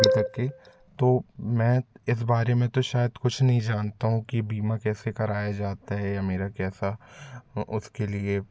जैसा कि तो मैं इस बारे में तो शायद कुछ नहीं जानता हूँ कि बीमा कैसे कराया जाता है या मेरा कैसा उसके लिए